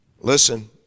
listen